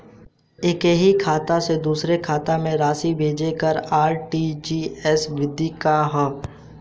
एकह खाता से दूसर खाता में राशि भेजेके आर.टी.जी.एस विधि का ह?